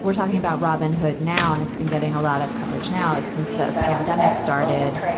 we're talking about robin hood now and it's been getting a lot of coverage now is since the pandemic started,